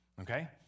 Okay